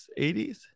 80s